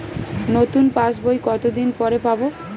নতুন পাশ বই কত দিন পরে পাবো?